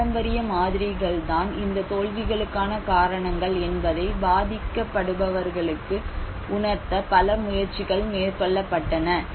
பாரம்பரிய மாதிரிகள் தான் இந்த தோல்விகளுக்கான காரணங்கள் என்பதை பாதிக்கப்பட்டவர்களுக்கு உணர்த்த பல முயற்சிகள் மேற்கொள்ளப்பட்டன